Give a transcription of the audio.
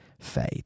faith